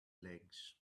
legs